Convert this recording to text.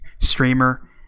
streamer